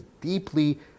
deeply